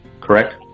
correct